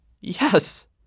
Yes